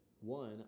one